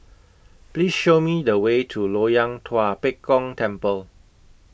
Please Show Me The Way to Loyang Tua Pek Kong Temple